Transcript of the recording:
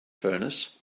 furnace